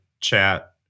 chat